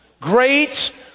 great